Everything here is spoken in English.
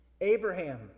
Abraham